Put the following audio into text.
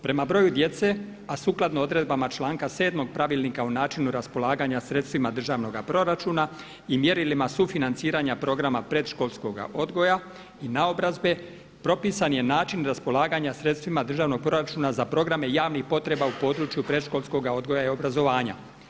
Prema broju djece, a sukladno odredbama članka 7. Pravilnika o načinu raspolaganja sredstvima državnoga proračuna i mjerilima sufinanciranja programa Predškolskoga odgoja i naobrazbe, propisan je način raspolaganja sredstvima državnog proračuna za programe javnih potreba u području predškolskoga odgoja i obrazovanja.